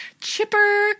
Chipper